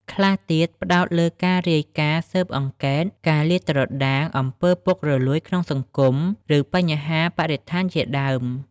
ខ្លះទៀតផ្តោតលើការរាយការណ៍ស៊ើបអង្កេត ការលាតត្រដាងអំពើពុករលួយក្នុងសង្គម ឬបញ្ហាបរិស្ថានជាដើម។